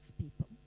people